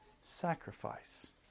sacrifice